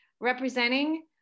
representing